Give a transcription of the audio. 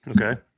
Okay